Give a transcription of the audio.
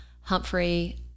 humphrey